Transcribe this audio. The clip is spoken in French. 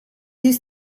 des